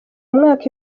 mwaka